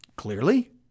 Clearly